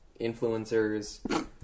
influencers